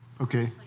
okay